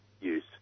use